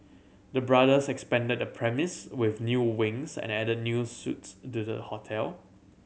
the brothers expanded the premise with new wings and added new suites to the hotel